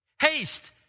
Haste